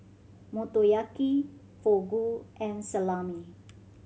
Motoyaki Fugu and Salami